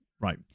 Right